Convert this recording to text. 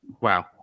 Wow